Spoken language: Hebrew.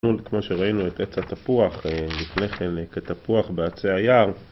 כמו שראינו את עץ התפוח לפני כן כתפוח בעצי היער